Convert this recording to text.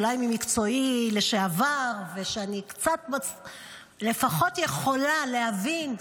אולי ממקצועי לשעבר ושאני קצת לפחות יכולה להבין,